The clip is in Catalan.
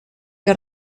que